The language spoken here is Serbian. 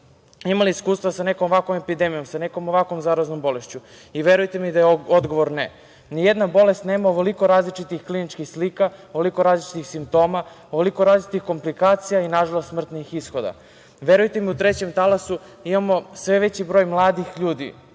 imali iskustva sa nekom ovakvom epidemijom, sa nekom ovakvom zaraznom bolešću? Verujte mi da je odgovor ne. Ni jedna bolest nema ovoliko različitih kliničkih slika, ovoliko različitih simptoma, ovoliko različitih komplikacija i na žalost smrtnih ishoda. Verujte mi u trećem talasu imamo sve veći broj mladih ljudi.